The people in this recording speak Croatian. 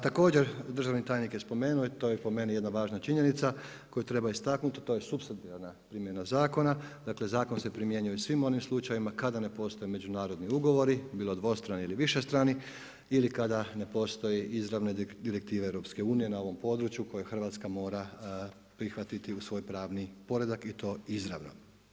Također državni tajnik je spomenuo i to je po meni jedna važna činjenica koju treba istaknuti a to je supsidijarna primjena zakona, dakle zakon se primjenjuje u svim onim slučajevima kada ne postoje međunarodni ugovori bilo dvostrani ili višestrani ili kada ne postoje izravne direktive EU na ovom području koje Hrvatska mora prihvatiti u svoj pravni poredak i to izravno.